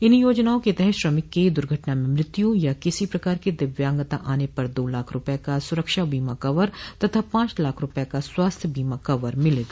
इन योजनाओं के तहत श्रमिक की दुर्घटना में मृत्यु या किसी प्रकार की दिव्यांगता आने पर दो लाख रूपये का सुरक्षा बीमा कवर तथा पांच लाख रूपये का स्वास्थ्य बीमा कवर मिलेगा